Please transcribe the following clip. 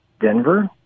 Denver